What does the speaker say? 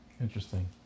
Interesting